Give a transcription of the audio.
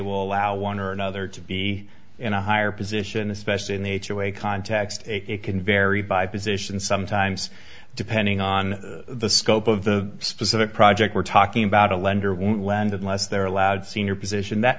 will allow one or another to be in a higher position especially in the context it can vary by position sometimes depending on the scope of the specific project we're talking about a lender won't lend unless they're allowed senior position that